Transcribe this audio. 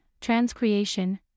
transcreation